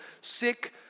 sick